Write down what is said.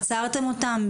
עצרתם אותם,